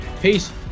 peace